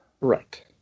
right